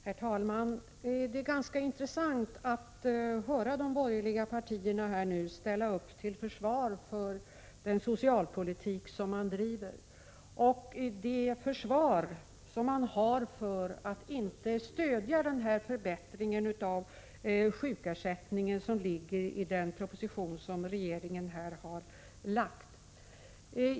Herr talman! Det är ganska intressant att höra de borgerliga partierna ställa upp till försvar för den socialpolitik som man driver — och till försvar för att man inte stöder den förbättring av sjukersättningen som föreslås i den proposition regeringen här har lagt fram.